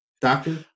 Doctor